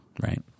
right